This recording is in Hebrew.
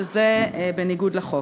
שזה בניגוד לחוק.